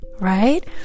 right